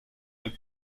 del